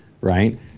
right